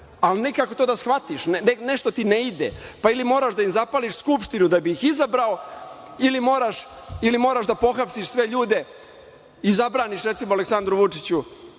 Ali, nikako to da shvatiš, nešto ti ne ide, pa ili moraš da im zapališ Skupštinu da bi ih izabrao ili moraš da pohapsiš sve ljude i zabraniš, recimo, Aleksandru Vučiću,